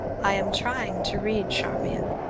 i am trying to read, charmian.